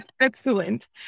Excellent